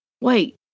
Wait